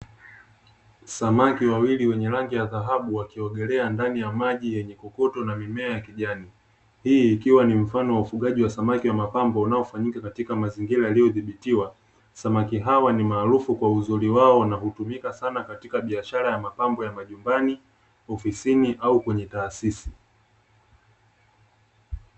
Samaki wawili wenye rangi ya dhahabu wakiogelea ndani ya maji yenye kokoto na mimea yenye rangi ya kijani, hii ikiwa ni mfano wa ufugaji wa samaki wa mapambo unaofanyika katika mazingira yaliyodhibitiwa, samaki hawa ni maarufu kwa uzuri wao na hutumika sana katika biashara ya mapambo ya majumbani, ofisini au kwenye taasisi.